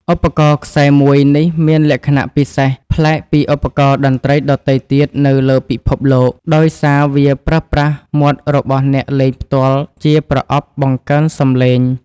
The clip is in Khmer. ឧបករណ៍ខ្សែមួយនេះមានលក្ខណៈពិសេសប្លែកពីឧបករណ៍តន្ត្រីដទៃទៀតនៅលើពិភពលោក ដោយសារវាប្រើប្រាស់មាត់របស់អ្នកលេងផ្ទាល់ជាប្រអប់បង្កើនសម្លេង។